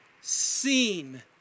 seen